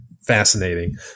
fascinating